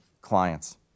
clients